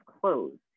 closed